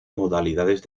modalidades